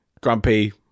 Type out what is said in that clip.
grumpy